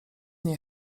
nie